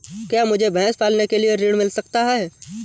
क्या मुझे भैंस पालने के लिए ऋण मिल सकता है?